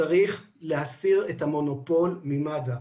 צריך להסיר את המונופול ממד"א.